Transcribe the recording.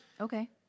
Okay